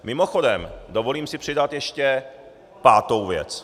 Mimochodem, dovolím si přidat ještě pátou věc.